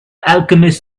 alchemist